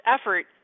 effort